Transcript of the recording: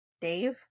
Dave